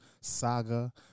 saga